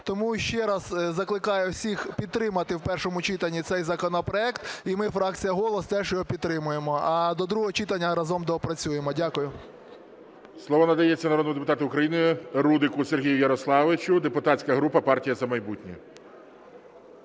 Тому ще раз закликаю всіх підтримати в першому читанні цей законопроект, і ми, фракція "Голос", теж його підтримаємо, а до другого читання разом доопрацюємо. Дякую. ГОЛОВУЮЧИЙ. Слово надається народному депутату України Рудику Сергію Ярославовичу, депутатська група "Партія "За майбутнє".